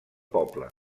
poble